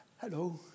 Hello